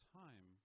time